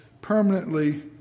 permanently